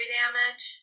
damage